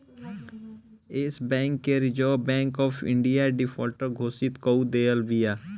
एश Bank के Reserve Bank of India defaulter घोषित कअ देले बिया